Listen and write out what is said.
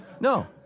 No